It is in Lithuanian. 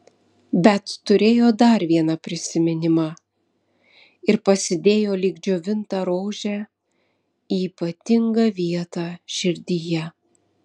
bet turėjo dar vieną prisiminimą ir pasidėjo lyg džiovintą rožę į ypatingą vietą širdyje